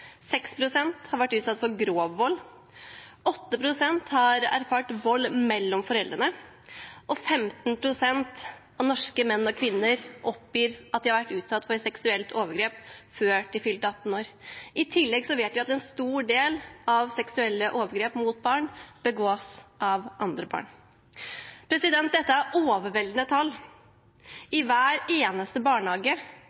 har vært utsatt for grov vold, 8 pst. har erfart vold mellom foreldrene, og 15 pst. av norske menn og kvinner oppgir at de har vært utsatt for seksuelt overgrep før de fylte 18 år. I tillegg vet vi at en stor del av seksuelle overgrep mot barn begås av andre barn. Dette er overveldende tall.